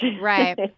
Right